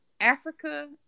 Africa